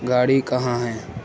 گاڑی کہاں ہیں